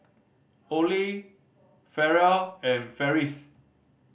Olie Farrell and Ferris